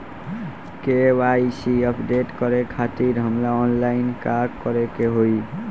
KYC update करे खातिर हमरा ऑनलाइन का करे के होई?